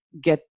get